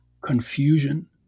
confusion